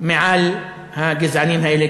מעל הגזענים האלה,